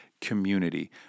community